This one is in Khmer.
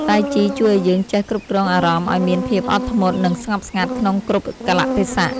តៃជីជួយឱ្យយើងចេះគ្រប់គ្រងអារម្មណ៍ឱ្យមានភាពអត់ធ្មត់ និងស្ងប់ស្ងាត់ក្នុងគ្រប់កាលៈទេសៈ។